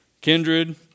kindred